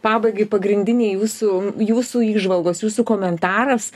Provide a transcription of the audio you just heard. pabaigai pagrindiniai jūsų jūsų įžvalgos jūsų komentaras